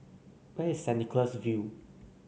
where is Centy Cholas View